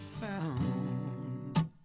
found